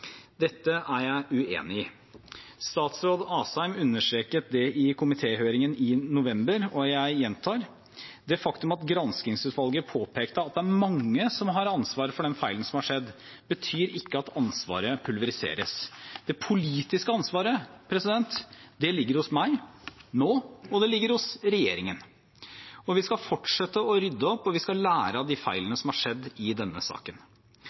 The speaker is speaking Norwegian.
Dette er jeg uenig i. Statsråd Asheim understreket det i komitéhøringen i november, og jeg gjentar: Det faktum at granskingsutvalget påpekte at det er mange som har ansvar for den feilen som har skjedd, betyr ikke at ansvaret pulveriseres. Det politiske ansvaret ligger hos meg nå, og det ligger hos regjeringen, og vi skal fortsette å rydde opp og lære av de feilene som har skjedd i denne saken.